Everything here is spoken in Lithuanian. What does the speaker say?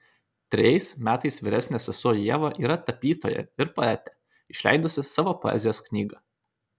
trejais metais vyresnė sesuo ieva yra tapytoja ir poetė išleidusi savo poezijos knygą